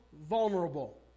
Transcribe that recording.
vulnerable